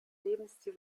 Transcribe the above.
lebensstil